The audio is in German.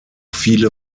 viele